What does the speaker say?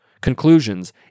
Conclusions